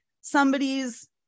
somebody's